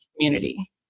community